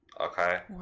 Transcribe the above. Okay